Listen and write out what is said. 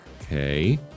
Okay